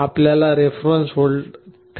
आपला रेफेरेंस 3